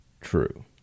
true